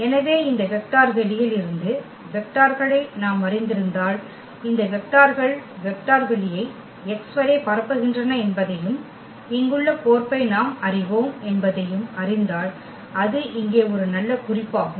எனவே இந்த வெக்டர் வெளியில் இருந்து வெக்டார்களை நாம் அறிந்திருந்தால் இந்த வெக்டார்கள் வெக்டர் வெளியை x வரை பரப்புகின்றன என்பதையும் இங்குள்ள கோர்ப்பை நாம் அறிவோம் என்பதையும் அறிந்தால் அது இங்கே ஒரு நல்ல குறிப்பாகும்